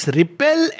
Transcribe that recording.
repel